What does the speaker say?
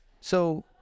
So-